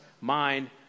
mind